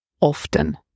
often